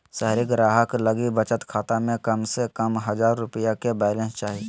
शहरी ग्राहक लगी बचत खाता में कम से कम हजार रुपया के बैलेंस चाही